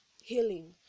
healing